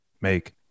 make